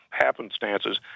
happenstances